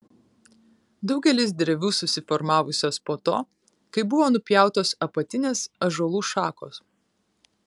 daugelis drevių susiformavusios po to kai buvo nupjautos apatinės ąžuolų šakos